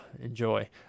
enjoy